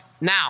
now